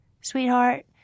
Sweetheart